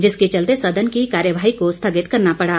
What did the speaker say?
जिसके चलते सदन की कार्यवाही को स्थगित करना पड़ा